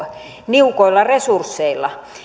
niukoilla resursseilla